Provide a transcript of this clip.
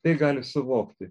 tai gali suvokti